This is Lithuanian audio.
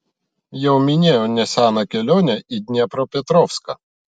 jau minėjau neseną kelionę į dniepropetrovską